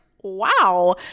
wow